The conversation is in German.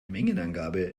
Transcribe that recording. mengenangabe